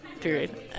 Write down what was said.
period